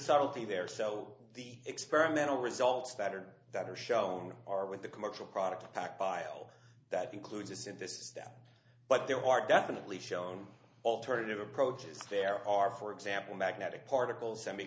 subtlety there so the experimental results that are that are shown are with the commercial product pack bio that includes this and this stuff but there are definitely shown alternative approaches there are for example magnetic particles semi